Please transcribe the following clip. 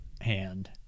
hand